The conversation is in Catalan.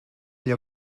allò